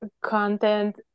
content